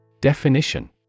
Definition